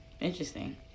interesting